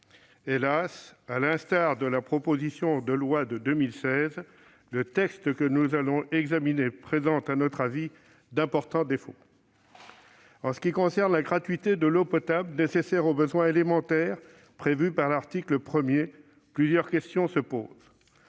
Hélas, à l'instar de la proposition de loi de 2016, le texte que nous examinons présente à notre avis d'importants défauts. En ce qui concerne la gratuité de l'eau potable nécessaire aux besoins élémentaires prévue par l'article 1, plusieurs questions se posent.